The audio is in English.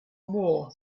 war